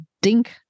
dink